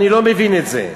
אני לא מבין את זה.